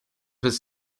his